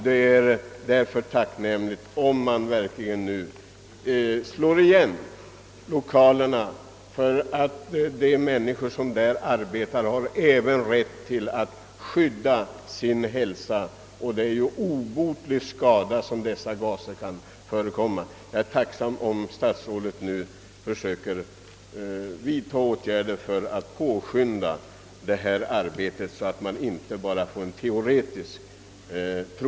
Dessa avgaser kan ju åstadkomma obotlig skada, och de människor som arbetar där bör ha rätt att kunna skydda sin hälsa. Jag är tacksam om statsrådet nu försöker vidta åtgärder för att påskynda ifrågavarande byggnadsarbete, och att man inte bara teoretiskt talar om möjligheten av läkarundersökningar utan att man verkligen söker i praktiken förhindra uppkomsten av sådana här skador.